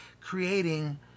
creating